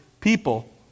people